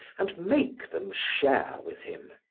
and make them share with him.